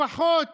לפחות